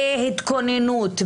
בהתכוננות,